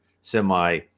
semi